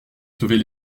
sauver